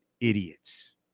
idiots